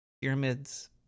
pyramids